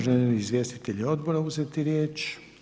Želi li izvjestitelji odbora uzeti riječ?